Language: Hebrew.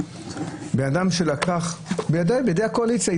בידי הקואליציה,